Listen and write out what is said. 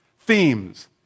themes